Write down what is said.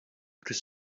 plus